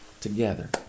together